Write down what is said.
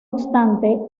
obstante